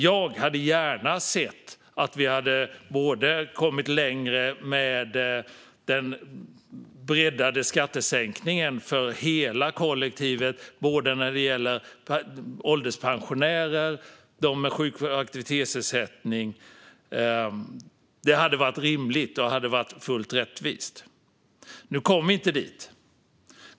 Jag hade gärna sett att vi hade kommit längre med den breddade skattesänkningen för hela kollektivet när det gäller både ålderspensionärer och dem med sjuk och aktivitetsersättning. Det hade varit rimligt och fullt rättvist. Nu kom vi inte dit.